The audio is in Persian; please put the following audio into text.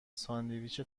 ساندویچ